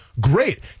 Great